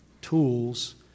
tools